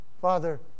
Father